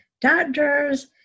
doctors